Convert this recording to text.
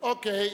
אוקיי.